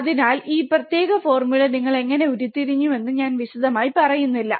അതിനാൽ ഈ പ്രത്യേക ഫോർമുല നിങ്ങൾ എങ്ങനെ ഉരുത്തിരിഞ്ഞുവെന്ന് ഞാൻ വിശദമായി പറയുന്നില്ല